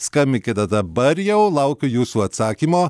skambinkite dabar jau laukiu jūsų atsakymo